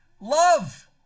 love